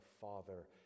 Father